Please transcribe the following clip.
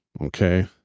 Okay